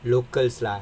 locals lah